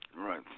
Right